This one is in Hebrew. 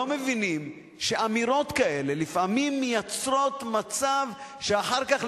לא מבינים שאמירות כאלה לפעמים מייצרות מצב שאחר כך,